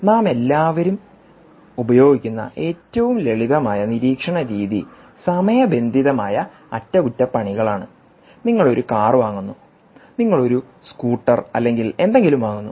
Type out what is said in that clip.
നാമെല്ലാവരും ഉപയോഗിക്കുന്ന ഏറ്റവും ലളിതമായ നിരീക്ഷണ രീതി സമയബന്ധിതമായ അറ്റകുറ്റപ്പണികളാണ് നിങ്ങൾ ഒരു കാർ വാങ്ങുന്നുനിങ്ങൾ ഒരു സ്കൂട്ടർ അല്ലെങ്കിൽ എന്തെങ്കിലും വാങ്ങുന്നു